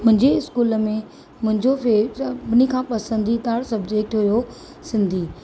मुंहिंजे स्कूल में मुंहिंजो सभिनी खां पसंदीदार सब्जैक्ट हुओ सिंधी